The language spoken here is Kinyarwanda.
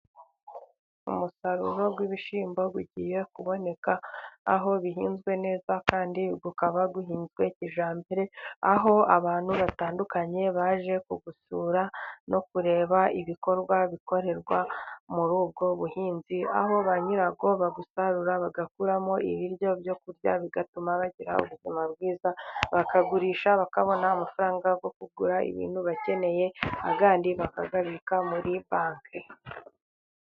Umusaruro w'ibishyimbo ugiye kuboneka, aho bihinzwe neza kandi ukaba uhinzwe kijyambere, aho abantu batandukanye baje kuwusura no kureba ibikorwa bikorerwa muri ubwo buhinzi. Aho ba nyirawo bawusarura bagakuramo ibiryo byo kurya, bigatuma bagira ubuzima bwiza. Bakagurisha bakabona amafaranga yo kugura ibintu bakeneye ayandi bakayabika muri banki.